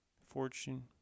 fortune